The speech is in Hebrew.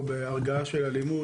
או בהרגעה של אלימות,